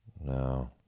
No